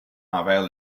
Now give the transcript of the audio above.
envers